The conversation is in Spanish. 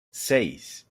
seis